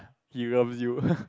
he got you